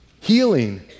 healing